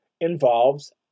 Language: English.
involves